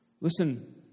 Listen